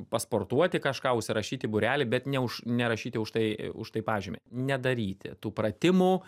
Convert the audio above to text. pasportuoti kažką užsirašyt į būrelį bet ne už nerašyti už tai už tai pažymį nedaryti tų pratimų